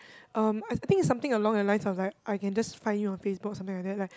um I I think it's something along the lines of like I can just find you on Facebook or something that like